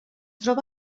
troba